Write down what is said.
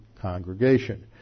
congregation